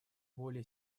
более